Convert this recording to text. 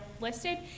listed